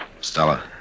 Stella